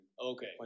Okay